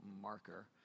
marker